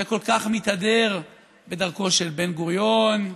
שכל כך מתהדר בדרכם של בן-גוריון,